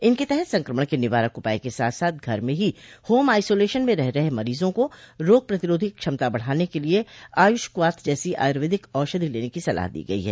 इनके तहत संक्रमण के निवारक उपाय के साथ साथ घर में ही होम आइसोलेशन में रह रहे मरीजों को रोग प्रतिरोधी क्षमता बढाने के लिए आयुष क्वाथ जैसी आयुर्वेदिक औषधि लेने की सलाह दी गई है